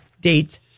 dates